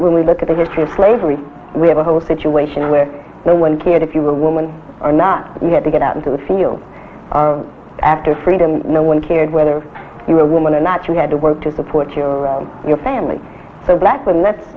when we look at the history of slavery we have a whole situation where no one cared if you were a woman or not you had to get out into the field after freedom no one cared whether you were a woman or not you had to work to support your around your family so black women that's